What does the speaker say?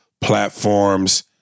platforms